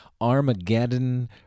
Armageddon